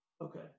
okay